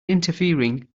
interfering